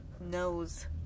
knows